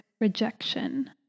rejection